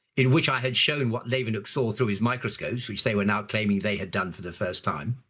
in which i had shown what leeuwenhoek saw through his microscopes, which they were now claiming they had done for the first time.